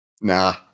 Nah